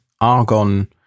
argon